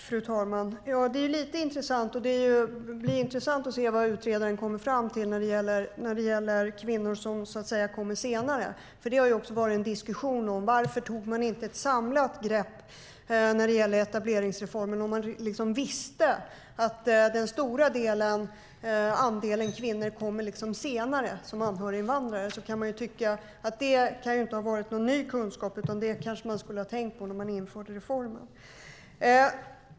Fru talman! Det blir intressant att se vad utredaren kommer fram till när det gäller kvinnor som så att säga kommer senare. Det har ju diskuterats varför man inte tog ett samlat grepp när det gäller etableringsreformen om man visste att den stora andelen kvinnor kommer senare, som anhöriginvandrare. Det kan inte ha varit någon ny kunskap, utan det borde man ha tänkt på när man införde reformen.